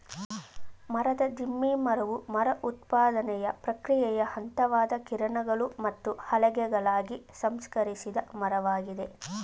ಮರದ ದಿಮ್ಮಿ ಮರವು ಮರ ಉತ್ಪಾದನೆಯ ಪ್ರಕ್ರಿಯೆಯ ಹಂತವಾದ ಕಿರಣಗಳು ಮತ್ತು ಹಲಗೆಗಳಾಗಿ ಸಂಸ್ಕರಿಸಿದ ಮರವಾಗಿದೆ